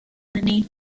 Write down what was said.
need